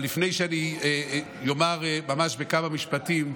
אבל לפני שאני אומר ממש בכמה משפטים,